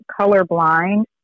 colorblind